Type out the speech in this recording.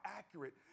accurate